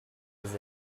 tully